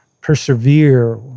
persevere